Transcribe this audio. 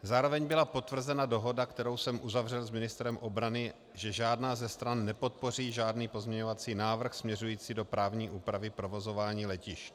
Zároveň byla potvrzena dohoda, kterou jsem uzavřel s ministrem obrany, že žádná ze stran nepodpoří žádný pozměňovací návrh směřující do právní úpravy provozování letišť.